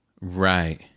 Right